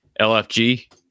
LFG